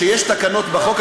שיש תקנות בחוק,